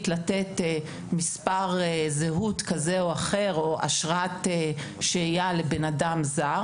לתת מספר זהות כזה או אחר או אשרת שהייה לבן אדם זר